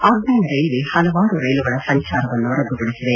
ಆಗ್ನೇಯ ರೈಲ್ವೇ ಹಲವಾರು ರೈಲುಗಳ ಸಂಚಾರವನ್ನು ರದ್ದು ಪಡಿಸಿದೆ